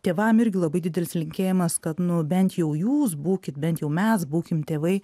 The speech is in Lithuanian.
tėvam irgi labai didelis linkėjimas kad nu bent jau jūs būkit bent jau mes būkim tėvai